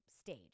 stage